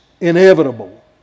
inevitable